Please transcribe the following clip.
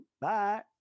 bye